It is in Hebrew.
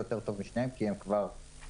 יותר טוב משניהם כי הם כבר בנויים,